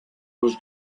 was